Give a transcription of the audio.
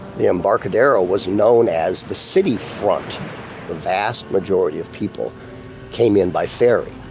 the embarcadero was known as the city front. the vast majority of people came in by ferry.